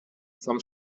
some